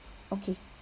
okay